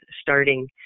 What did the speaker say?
starting